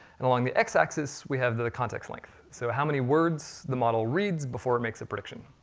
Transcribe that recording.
and along the x axis, we have the the context length. so how many words the model reads before it makes a prediction.